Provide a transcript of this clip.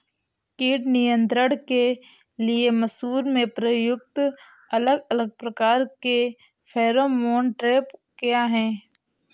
कीट नियंत्रण के लिए मसूर में प्रयुक्त अलग अलग प्रकार के फेरोमोन ट्रैप क्या है?